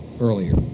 earlier